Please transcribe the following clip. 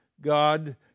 God